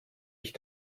ich